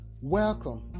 Welcome